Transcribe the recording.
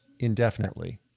indefinitely